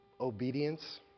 obedience